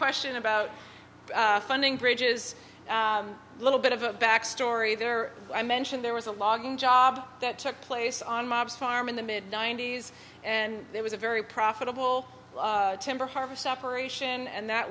question about funding bridges a little bit of a back story there i mentioned there was a logging job that took place on mobs farm in the mid ninety's and there was a very profitable timber harbor separation and that